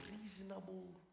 reasonable